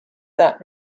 that